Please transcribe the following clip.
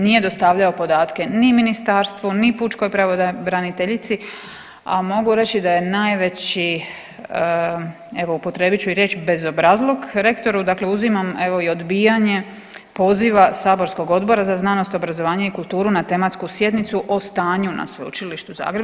Nije dostavljao podatke ni ministarstvu, ni pučkoj pravobraniteljici, a mogu reći da je najveći evo upotrijebit ću i riječ bezobrazluk rektoru, dakle uzimam evo i odbijanje poziva saborskog Odbora za znanost, obrazovanje i kulturu na tematsku sjednicu o stanju na Sveučilištu u Zagrebu.